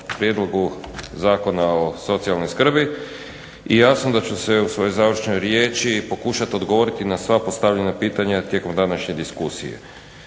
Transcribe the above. prijedlogu Zakona o socijalnoj skrbi, i jasno da ću se u svojoj završnoj riječi pokušati odgovoriti na sva postavljena pitanja tijekom današnje diskusije.